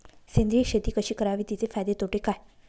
सेंद्रिय शेती कशी करावी? तिचे फायदे तोटे काय?